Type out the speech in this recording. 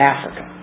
Africa